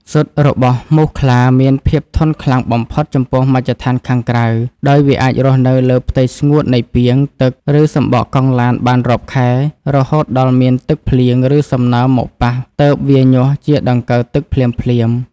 ស៊ុតរបស់មូសខ្លាមានភាពធន់ខ្លាំងបំផុតចំពោះមជ្ឈដ្ឋានខាងក្រៅ ដោយវាអាចរស់នៅលើផ្ទៃស្ងួតនៃពាងទឹក ឬសំបកកង់ឡានបានរាប់ខែ រហូតដល់មានទឹកភ្លៀង ឬសំណើមមកប៉ះទើបវាញាស់ជាដង្កូវទឹកភ្លាមៗ។